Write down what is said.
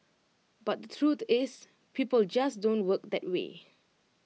but the truth is people just don't work that way